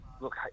look